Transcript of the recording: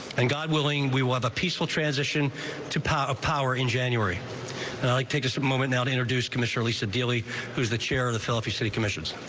and god willing we want a peaceful transition to power power in january. and i like take a moment now to introduce commissioner lisa deeley who's the chair of the philippine sea commissions.